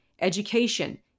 education